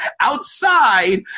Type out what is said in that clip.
outside